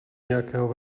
nějakého